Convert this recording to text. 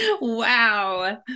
Wow